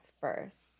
first